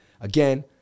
Again